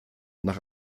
nach